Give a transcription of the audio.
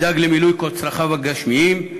ידאג למילוי כל צרכיו הגשמיים,